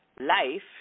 life